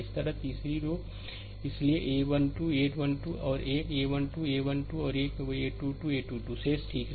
यह तीसरी रो है इसलिए a 1 2 a 1 2 और एक a 1 2 a 1 2 और a 2 2 a 2 2 शेष रहेगी ठीक है